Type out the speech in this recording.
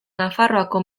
nafarroako